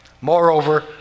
Moreover